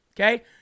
okay